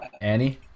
Annie